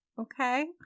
okay